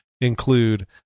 include